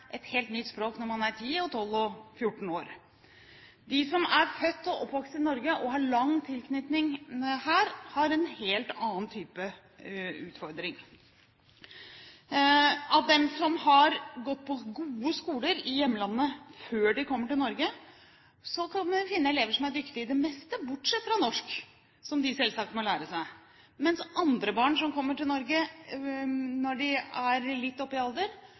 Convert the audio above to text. et helt nytt språk når de er både 10, 12 og 14 år. De som er født og oppvokst i Norge og har lang tilknytning her, har en helt annen type utfordring. Blant dem som har gått på gode skoler i hjemlandet før de kom til Norge, finner man elever som er dyktige i det meste bortsett fra norsk – som de selvsagt må lære seg – mens andre barn, som kommer til Norge når de er litt oppe i alder,